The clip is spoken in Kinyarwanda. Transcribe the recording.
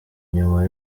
nyuma